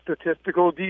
statistical